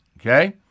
Okay